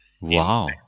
Wow